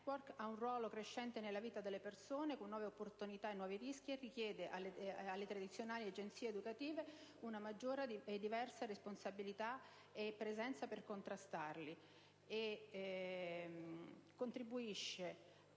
Networks* ha un ruolo crescente nella vita delle persone con nuove opportunità e nuovi rischi, richiedendo alle tradizionali agenzie educative una maggiore e diversa responsabilità e presenza per contrastare